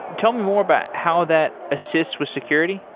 tell me more about how that assists with security?